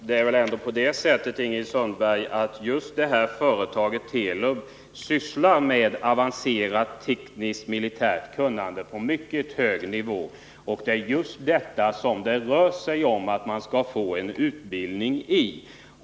Herr talman! Just företaget Telub har, Ingrid Sundberg, ett avancerat tekniskt militärt kunnande på mycket hög nivå, och det är just i avancerad militär teknologi som libyerna skall få utbildning.